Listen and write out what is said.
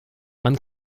man